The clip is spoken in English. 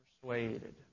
persuaded